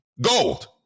Gold